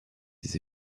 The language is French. des